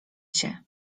cię